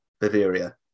Bavaria